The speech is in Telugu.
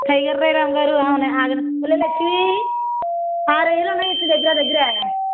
టైగర్ రొయ్యలా అమ్మగారు ఆ ఉన్నాయి ఆగండి ఒసేయ్ లచ్చి ఆ రొయ్యలు ఉన్నాయేంటి నీ దగ్గ దగ్గర